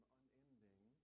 unending